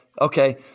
Okay